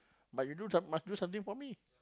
but you do some must do something for me